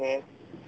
eh 你知道 right like